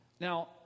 Now